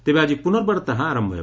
ତେବେ ଆଜି ପ୍ରନର୍ବାର ତାହା ଆରମ୍ଭ ହେବ